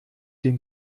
den